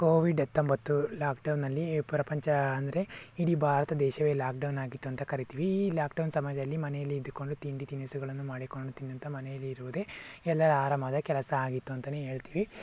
Covid ಹತ್ತೊಂಬತ್ತು lockdown ಅಲ್ಲಿ ಪ್ರಪಂಚ ಅಂದರೆ ಇಡೀ ಭಾರತ ದೇಶವೇ ಲಾಕ್ಡೌನ್ ಆಗಿತ್ತು ಅಂತ ಕರೀತೀವಿ ಈ ಲಾಕ್ಡೌನ್ ಸಮಯದಲ್ಲಿ ಮನೆಯಲ್ಲಿದ್ದುಕೊಂಡು ತಿಂಡಿ ತಿನಿಸುಗಳನ್ನು ಮಾಡಿಕೊಂಡು ತಿನ್ನುತ್ತಾ ಮನೆಯಲ್ಲಿರುವುದೇ ಎಲ್ಲರ ಆರಾಮದ ಕೆಲಸ ಆಗಿತ್ತು ಅಂತನೇ ಹೇಳ್ತೀವಿ